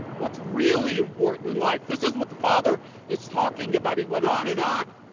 what's really important in life. this is what the father is talking about. he went on and on,